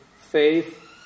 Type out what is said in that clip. faith